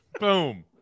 Boom